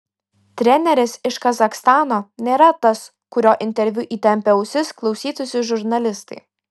treneris iš kazachstano nėra tas kurio interviu įtempę ausis klausytųsi žurnalistai